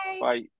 Bye